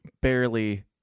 barely